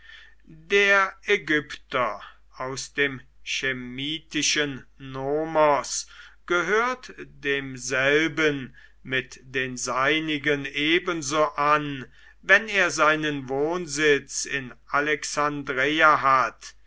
der ägypter aus dem chemmitischen nomos gehört demselben mit den seinigen ebenso an wenn er seinen wohnsitz in alexandreia hat